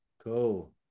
cool